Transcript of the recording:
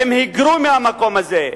הם היגרו מהמקום הזה.